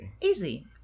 easy